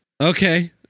Okay